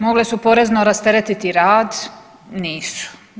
Mogle su porezno rasteretiti rad, nisu.